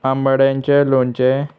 आंबाड्यांचें लोणचें